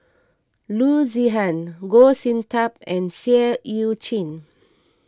Loo Zihan Goh Sin Tub and Seah Eu Chin